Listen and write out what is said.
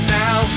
now